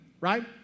right